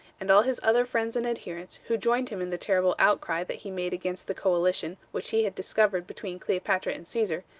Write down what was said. and all his other friends and adherents, who joined him in the terrible outcry that he made against the coalition which he had discovered between cleopatra and caesar,